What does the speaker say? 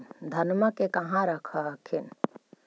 धनमा के कहा रख हखिन?